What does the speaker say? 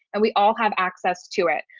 and we all have access to it.